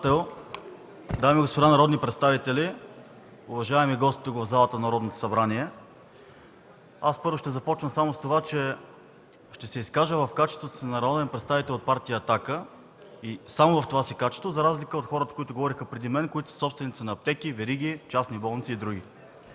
дами и господа народни представители, уважаеми гости в залата на Народното събрание! Ще започна с това, че ще се изкажа в качеството си на народен представител от партия „Атака”, само в това си качество, за разлика от хората, които говориха преди мен – собственици на аптеки, вериги, частни болници и други.